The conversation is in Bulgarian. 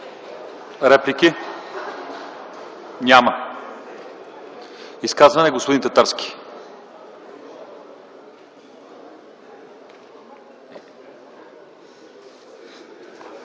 Реплики? Няма. За изказване – господин Татарски.